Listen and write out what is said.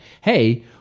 Hey